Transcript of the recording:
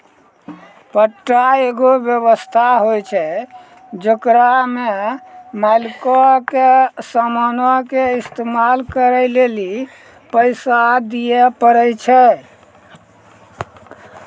पट्टा एगो व्य्वस्था होय छै जेकरा मे मालिको के समानो के इस्तेमाल करै लेली पैसा दिये पड़ै छै